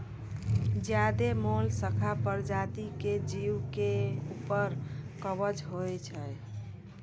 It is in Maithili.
ज्यादे मोलसका परजाती के जीव के ऊपर में कवच होय छै